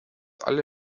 alle